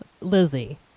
Lizzie